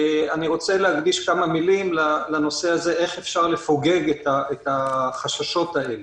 אני רוצה להקדיש כמה מילים לאיך אפשר לפוגג את החששות האלה.